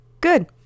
Good